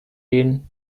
gehen